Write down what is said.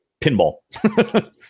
pinball